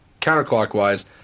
counterclockwise